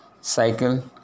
cycle